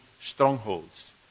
strongholds